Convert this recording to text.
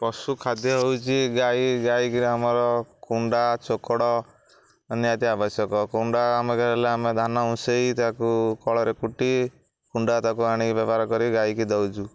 ପଶୁ ଖାଦ୍ୟ ହେଉଛି ଗାଈ ଗାଈକି ଆମର କୁଣ୍ଡା ଚୋକଡ଼ ନିହାତି ଆବଶ୍ୟକ କୁଣ୍ଡା ଆମକ ହେଲେ ଆମେ ଧାନ ଉସେଇଁ ତାକୁ କଳରେ କୁଟି କୁଣ୍ଡା ତାକୁ ଆଣିିକି ବ୍ୟବହାର କରି ଗାଈକି ଦେଉଛୁ